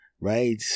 Right